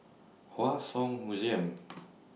Hua Song Museum